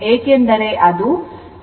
ಏಕೆಂದರೆ ಅದು 10 j 10 ಆಗಿದೆ